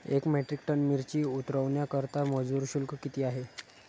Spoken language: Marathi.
एक मेट्रिक टन मिरची उतरवण्याकरता मजूर शुल्क किती आहे?